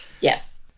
Yes